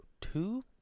two